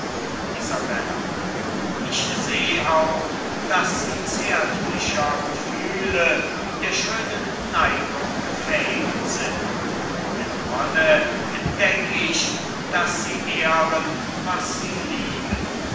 ich seh auch daß sie zärtlicher gefühle der schönen neigung fähig sind mit wonne entdeck ich daß sie ehren was sie lieben